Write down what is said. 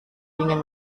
ingin